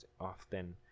often